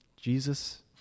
Jesus